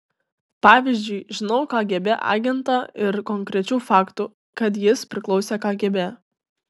pavyzdžiui žinau kgb agentą ir konkrečių faktų kad jis priklausė kgb